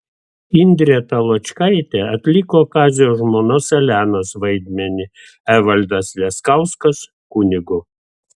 indrė taločkaitė atliko kazio žmonos elenos vaidmenį evaldas leskauskas kunigo